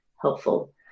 helpful